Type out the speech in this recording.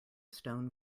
stone